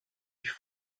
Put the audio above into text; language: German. ich